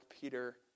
Peter